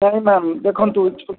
କାହିଁକିନା ଦେଖନ୍ତୁ